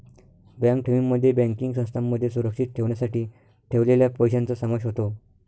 bank ठेवींमध्ये banking संस्थांमध्ये सुरक्षित ठेवण्यासाठी ठेवलेल्या पैशांचा समावेश होतो